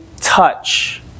touch